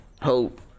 hope